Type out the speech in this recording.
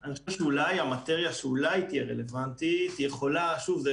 אני חושב שאולי המטריה הרלוונטית שוב,